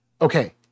okay